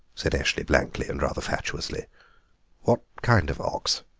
said eshley blankly, and rather fatuously what kind of ox?